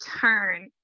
turn